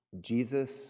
Jesus